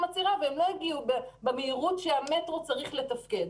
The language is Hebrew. עצירה והם לא יגיעו במהירות שהמטרו צריך לתפקד.